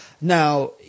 Now